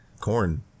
corn